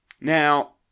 Now